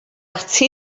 ati